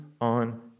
on